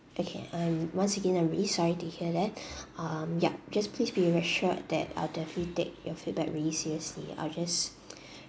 okay um once again I really sorry to hear that um yup just please be reassured that I will definitely take your feedback really seriously I will just